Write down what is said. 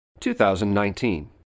2019